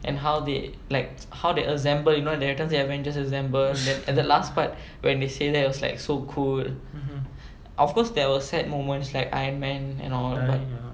and how they like how the assemble you know everytime they will say avengers assemble at the last part when they say that it was like so cool of course there were sad moments like iron man and all but